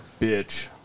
bitch